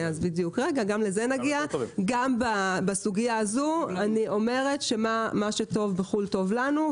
גם בסוגיה הזו אני אומרת שמה שטוב בחו"ל טוב לנו,